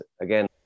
again